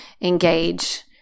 engage